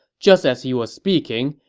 just as he was speaking,